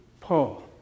Paul